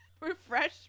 refresh